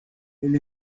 elle